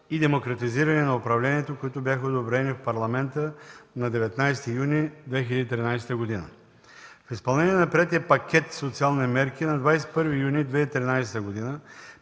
и демократизиране на управлението, които бяха одобрени от Парламента на 19 юни 2013 г. В изпълнение на приетия пакет социални мерки на 21 юни 2013 г.